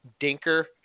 dinker